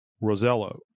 Rosello